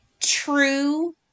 true